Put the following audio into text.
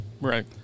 Right